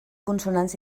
consonants